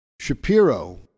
Shapiro